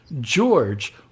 George